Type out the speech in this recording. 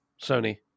Sony